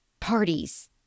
parties